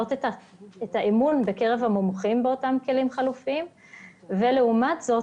את האמון של המומחים בנוגע לכלים החלופיים; והרמה השנייה